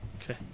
Okay